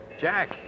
Jack